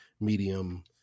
medium